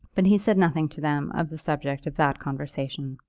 but he said nothing to them of the subject of that conversation.